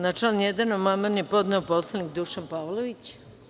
Na član 1. amandman je podneo poslanik Dušan Pavlović.